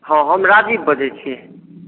हँ हम राजीव बजैत छी